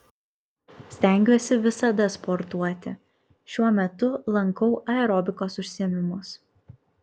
stengiuosi visada sportuoti šiuo metu lankau aerobikos užsiėmimus